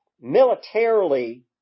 militarily